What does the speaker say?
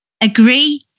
agree